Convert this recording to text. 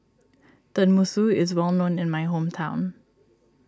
Tenmusu is well known in my hometown